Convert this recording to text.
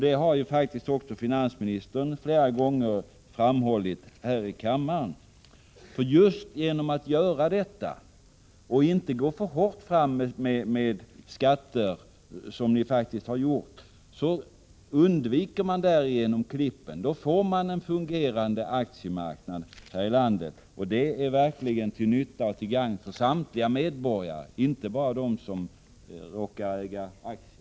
Detta har faktiskt finansministern flera gånger framhållit här i kammaren. Just genom att göra detta och inte gå för hårt fram med skatter, vilket ni socialdemokrater faktiskt har gjort, undviker man klippen. Då får man en fungerande aktiemarknad här i landet, vilket verkligen är till nytta och gagn för samtliga medborgare, inte bara för dem som råkar äga aktier.